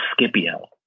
Scipio